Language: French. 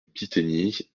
pitegny